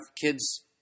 kids